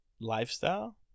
lifestyle